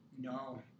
no